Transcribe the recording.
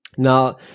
Now